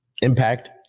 impact